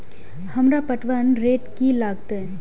हमरा पटवन रेट की लागते?